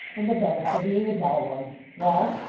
and the better for being a dull one well